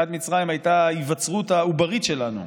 יציאת מצרים הייתה ההיווצרות העוברית שלנו,